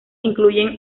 incluyen